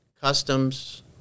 Customs